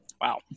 Wow